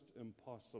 impossible